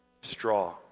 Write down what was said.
straw